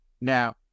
Now